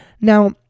Now